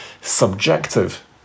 subjective